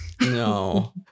No